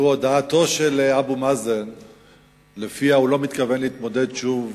הודעתו של אבו מאזן שלפיה הוא לא מתכוון להתמודד שוב